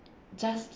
just